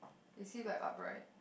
is he like upright